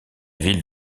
ville